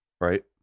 Right